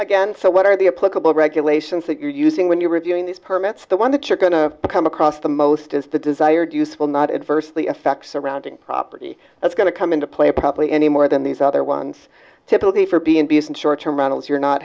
again so what are the a political regulations that you're using when you're reviewing these permits the one that you're going to come across the most is the desired useful not adversely affect surrounding property that's going to come into play probably any more than these other ones typically for being decent short term runnels you're not